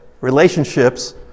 Relationships